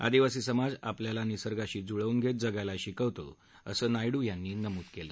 आदिवासी समाज आपल्याला निसर्गाशी जुळवून घेत जगायला शिकवतो असंही नायडू यांनी यावेळी नमूद केलं